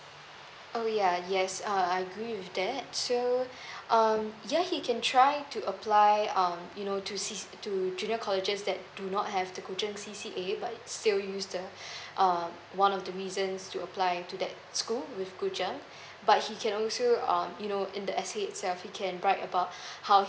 oh ya yes um I agree with that so um ya he can try to apply um you know to C~ to junior colleges that do not have the C_C_A but still use the um one of the reasons to apply to that school with but he can also um you know in the D_S_A itself he can write about how he